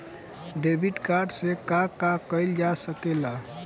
Debit card से का का कइल जा सके ला?